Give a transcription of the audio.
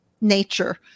nature